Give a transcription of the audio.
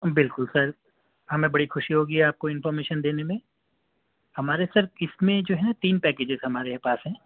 بالکل سر ہمیں بڑی خوشی ہوگی آپ کو انفارمیشن دینے میں ہمارے سر کس میں جو ہیں نا تین پیکیجز ہمارے پاس ہیں